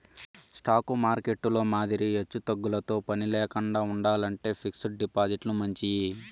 stock మార్కెట్టులో మాదిరి ఎచ్చుతగ్గులతో పనిలేకండా ఉండాలంటే ఫిక్స్డ్ డిపాజిట్లు మంచియి